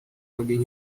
alguém